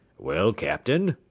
well, captain?